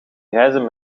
reizen